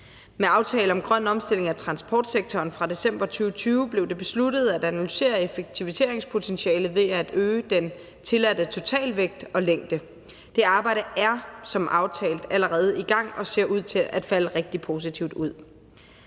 Med »Aftale om grøn omstilling af vejtransporten« fra december 2020 blev det besluttet at analysere effektiviseringspotentialet ved at øge den tilladte totalvægt og -længde. Det arbejde er som aftalt allerede i gang og ser ud til at falde rigtig positivt ud.